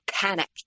panic